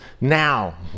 now